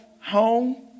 home